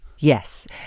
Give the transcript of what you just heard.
Yes